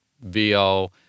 VO